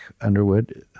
underwood